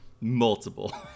multiple